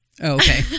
Okay